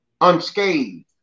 unscathed